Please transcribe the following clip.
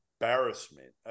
embarrassment